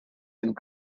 and